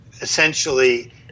essentially